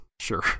Sure